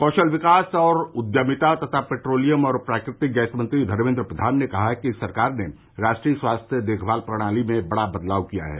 कौशल विकास और उद्यमिता तथा पैट्रोलियम और प्राकृतिक गैस मंत्री धर्मेन्द्र प्रघान ने कहा है कि सरकार ने राष्ट्रीय स्वास्थ्य देखभाल प्रणाली में बड़ा बदलाव किया है